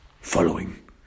following